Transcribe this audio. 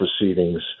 proceedings